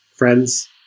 Friends